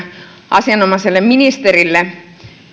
asianomaiselle ministerille